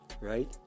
right